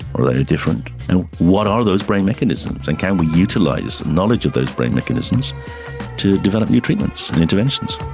are they any different? and what are those brain mechanisms and can we utilise knowledge of those brain mechanisms to develop new treatments and interventions?